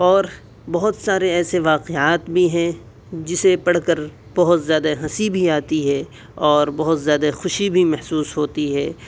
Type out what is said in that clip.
اور بہت سارے ایسے واقعات بھی ہیں جسے پڑھ کر بہت زیادہ ہنسی بھی آتی ہے اور بہت زیادہ خوشی بھی محسوس ہوتی ہے